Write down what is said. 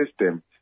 system